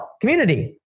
community